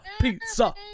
pizza